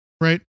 right